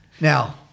Now